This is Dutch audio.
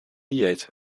dieet